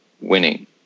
winning